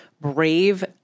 brave